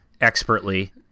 expertly